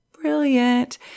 Brilliant